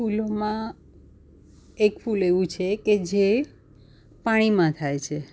ફૂલોમાં એક ફૂલ એવું છે કે જે પાણીમાં થાય છે